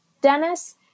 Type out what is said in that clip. Dennis